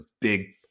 big